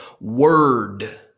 word